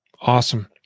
Awesome